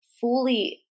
fully